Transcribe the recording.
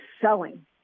selling